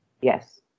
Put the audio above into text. Yes